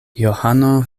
johano